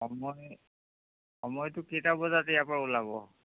সময় সময়টো কেইটা বজাত ইয়াৰ পৰা ওলাব